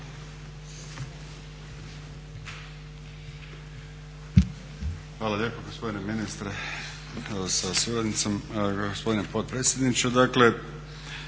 Hvala lijepa gospodine ministre sa suradnicom, gospodine potpredsjedniče.